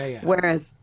whereas